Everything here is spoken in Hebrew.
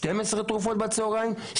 12 תרופות בצוהריים,